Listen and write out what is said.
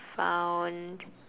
found